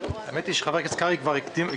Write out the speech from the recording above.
האמת היא שחבר הכנסת קרעי כבר הקדימני.